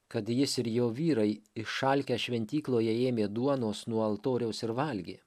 kad jis ir jo vyrai išalkę šventykloje ėmė duonos nuo altoriaus ir valgė